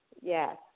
Yes